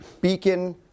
beacon